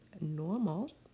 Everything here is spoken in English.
normal